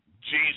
Jesus